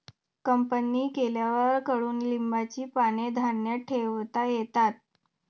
company केल्यावर कडुलिंबाची पाने धान्यात ठेवता येतात